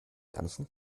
ganzen